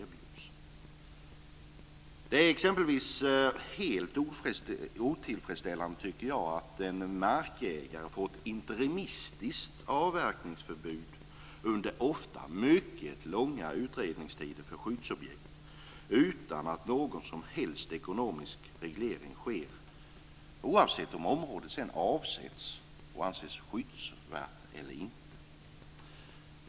Jag tycker exempelvis att det är helt otillfredsställande att en markägare får ett interimistiskt avverkningsförbud under ofta mycket långa utredningstider för skyddsobjekt utan att någon som helst ekonomisk reglering sker, oavsett om området sedan anses skyddsvärt och avsätts eller inte.